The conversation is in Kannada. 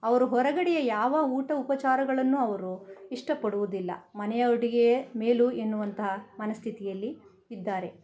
ಅವರು ಹೊರಗಡೆಯ ಯಾವ ಊಟ ಉಪಚಾರಗಳನ್ನು ಅವರು ಇಷ್ಟ ಪಡುವುದಿಲ್ಲ ಮನೆಯ ಅಡುಗೆಯೇ ಮೇಲು ಎನ್ನುವಂತಹ ಮನಸ್ಥಿತಿಯಲ್ಲಿ ಇದ್ದಾರೆ